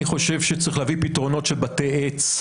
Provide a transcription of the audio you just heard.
אני חושב שצריך להביא פתרונות של בתי עץ.